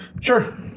sure